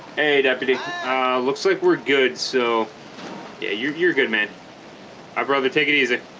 hey deputy looks like we're good so yeah you're you're good man i'd rather take it easy